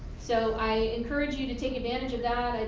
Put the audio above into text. so i encourage you to take advantage of that,